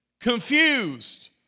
confused